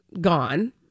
gone